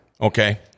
Okay